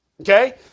Okay